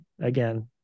Again